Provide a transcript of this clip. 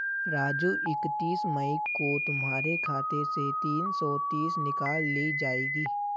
राजू इकतीस मई को तुम्हारे खाते से तीन सौ तीस निकाल ली जाएगी